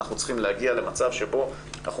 אנחנו צריכים להגיע למצב שבו אנחנו